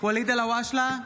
ואליד אלהואשלה,